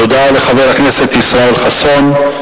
תודה לחבר הכנסת ישראל חסון.